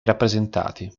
rappresentati